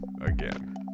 again